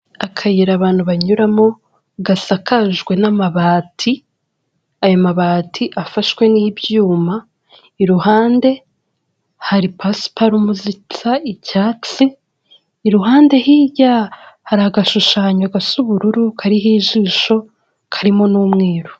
Akayira abantu banyuramo, gasakajwe n'amabati, ayo mabati afashwe n'ibyuma, iruhande hari pasiparumu zisa icyatsi, iruhande hirya hari agashushanyo gasa ubururu kariho ijisho, karimo n'umweru.